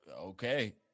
Okay